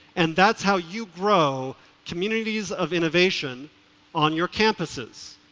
and that's how you grow communities of innovation on your campuses.